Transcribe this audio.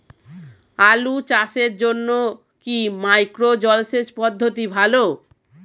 আলু চাষের জন্য কি মাইক্রো জলসেচ পদ্ধতি ভালো?